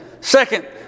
Second